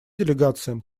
делегациям